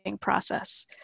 process